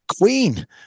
queen